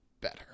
better